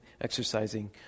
exercising